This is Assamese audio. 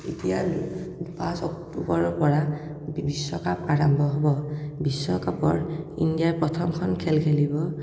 এতিয়া পাঁচ অক্টোবৰৰ পৰা বিশ্বকাপ আৰম্ভ হ'ব বিশ্বকাপৰ ইণ্ডিয়াৰ প্ৰথমখন খেল খেলিব